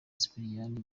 sipiriyani